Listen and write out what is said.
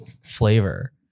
flavor